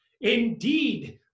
indeed